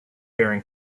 bearing